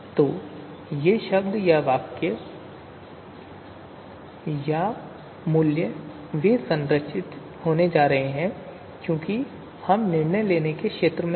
तो ये शब्द या वाक्य या मूल्य वे संरचित होने जा रहे हैं क्योंकि हम निर्णय लेने के क्षेत्र में हैं